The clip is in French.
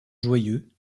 joyeux